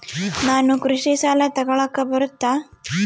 ನಾನು ಕೃಷಿ ಸಾಲ ತಗಳಕ ಬರುತ್ತಾ?